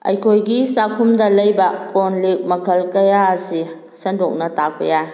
ꯑꯩꯈꯣꯏꯒꯤ ꯆꯥꯛꯈꯨꯝꯗ ꯂꯩꯕꯥ ꯀꯣꯟ ꯂꯤꯛ ꯃꯈꯜ ꯀꯌꯥ ꯑꯁꯤ ꯁꯟꯗꯣꯛꯅ ꯇꯥꯛꯄ ꯌꯥꯏ